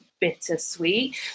bittersweet